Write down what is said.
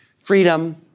Freedom